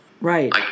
Right